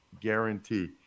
guarantee